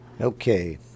Okay